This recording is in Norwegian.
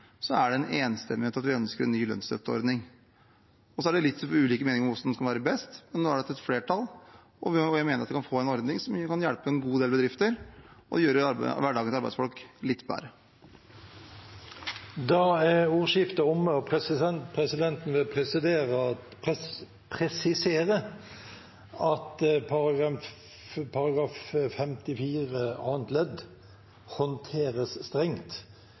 er enstemmighet om at vi ønsker en ny lønnsstøtteordning. Det er litt ulike meninger om hva som er best, men nå er det et flertall, og vi mener vi kan få en ordning som kan hjelpe en god del bedrifter og gjøre hverdagen til arbeidsfolk litt bedre. Da er ordskiftet omme, og presidenten vil presisere at § 54 annet ledd håndteres strengt.